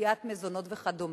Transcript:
בתביעת מזונות וכדומה,